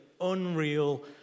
unreal